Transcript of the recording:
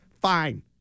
fine